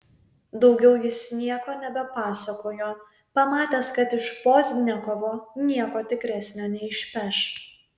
daugiau jis nieko nebepasakojo pamatęs kad iš pozdniakovo nieko tikresnio neišpeš